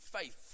faith